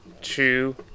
two